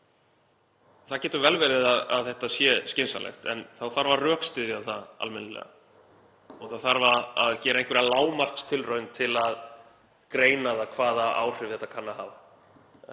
Það getur vel verið að þetta sé skynsamlegt en þá þarf að rökstyðja það almennilega. Það þarf að gera einhverja lágmarkstilraun til að greina það hvaða áhrif þetta kann að hafa.